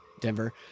Denver